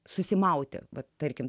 susimauti bet tarkim